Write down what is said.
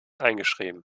eingeschrieben